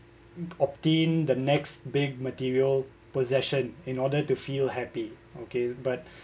obtain the next big material possession in order to feel happy okay but